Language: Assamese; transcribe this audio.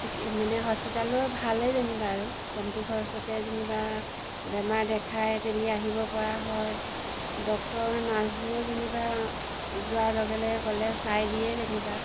চিকি মানে হস্পিতেলো ভালেই যেনিবা আৰু কমটি খৰচতে যেনিবা বেমাৰ দেখাই মেলি আহিব পৰা হয় ডক্তৰ নাৰ্ছবোৰো যেনিবা যোৱাৰ লগে লগে ক'লে চাই দিয়েই যেনিবা